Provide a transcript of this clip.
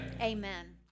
amen